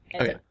Okay